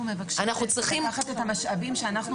אז אנחנו מבקשים לקחת את המשאבים שאנחנו